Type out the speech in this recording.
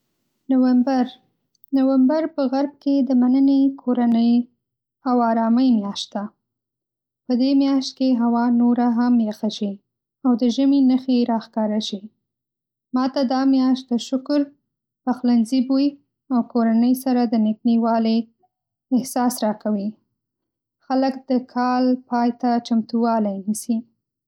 نومبر: نومبر په غرب کې د مننې، کورنۍ، او آرامۍ میاشت ده. په دې ماشت کې هوا نوره هم یخه شي، او د ژمي نښې راښکاره شي. ما ته دا میاشت د شکر، پخلنځي بوی، او کورنۍ سره د نږدېوالي احساس راکوي. خلک د کال پای ته چمتووالی نیسي.